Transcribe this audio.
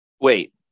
wait